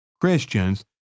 Christians